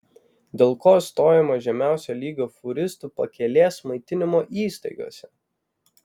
dėl ko stojama žemiausio lygio fūristų pakelės maitinimo įstaigose